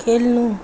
खेल्नु